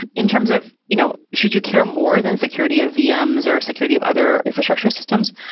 in terms of you know should you care more than security of vms, or security of other infrastructure systems?